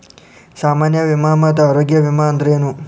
ಸಾಮಾನ್ಯ ವಿಮಾ ಮತ್ತ ಆರೋಗ್ಯ ವಿಮಾ ಅಂದ್ರೇನು?